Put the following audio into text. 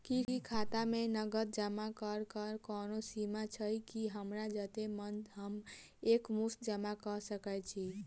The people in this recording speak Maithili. की खाता मे नगद जमा करऽ कऽ कोनो सीमा छई, की हमरा जत्ते मन हम एक मुस्त जमा कऽ सकय छी?